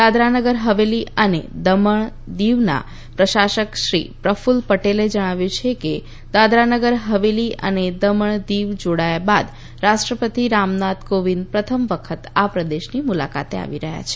દાદરાનગર હવેલી અને દમણ દીવના પ્રશાસક શ્રી પ્રકૂલ પટેલને જણાવ્યું છે કે દાદરાનગર હવેલી અને દમણ દિવ જોડાયા બાદ રાષ્ટ્રપતિ રામનાથ કોવિંદ પ્રથમ વખત આ પ્રદેશની મુલાકાતે આવી રહ્યાં છે